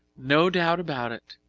no doubt about it.